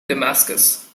damascus